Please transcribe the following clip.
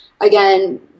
again